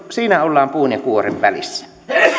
siinä ollaan puun ja kuoren välissä